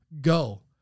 go